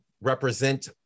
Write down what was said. represent